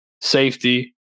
safety